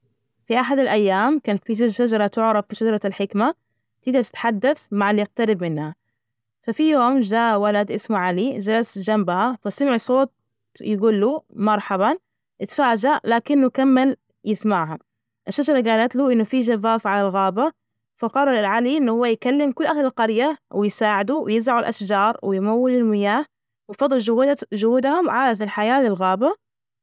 في أحد الأيام، كان في شجرة تعرف بشجرة الحكمة، تجدر تتحدث مع اللي يقترب منها، ففي يوم جاء ولد اسمه علي، جلس جنبها فسمع صوت يجول له مرحبا. إتفاجئ لكنه كمل يسمعها الشجرة جالت له إنه في جزاف على الغابة، فقرر علي إنه هو يكلم كل أهل القرية ويساعده ويزعو الأشجار ويمولو المياه، وبفضل جهودهم عادت الحياة للغابة.